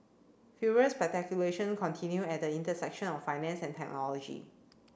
furious continue at the intersection of finance and technology